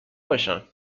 باشم